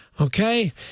okay